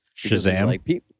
Shazam